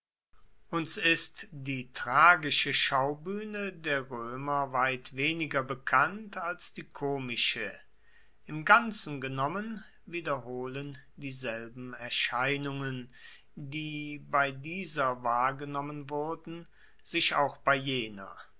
uns ist die tragische schaubuehne der roemer weit weniger bekannt als die komische im ganzen genommen wiederholen dieselben erscheinungen die bei dieser wahrgenommen wurden sich auch bei jener